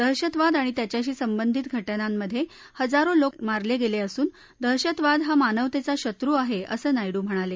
दहशतवाद आणि त्याच्याशी संबंधित घटनांमधे हजारो लोक मारले गेले असून दहशतवाद हा मानवतेचा शत्रू आहे असं नायडू म्हणाले